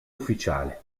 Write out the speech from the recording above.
ufficiale